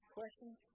questions